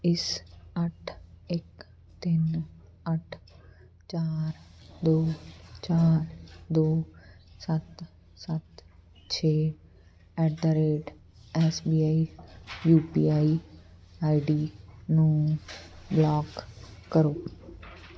ਇਸ ਅੱਠ ਇੱਕ ਤਿੰਨ ਅੱਠ ਚਾਰ ਦੋ ਚਾਰ ਦੋ ਸੱਤ ਸੱਤ ਛੇ ਐੱਡ ਦਾ rate S B I U P I ID ਨੂੰ ਬਲਾਕ ਕਰੋ